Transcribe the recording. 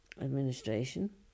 administration